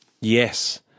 Yes